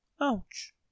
Ouch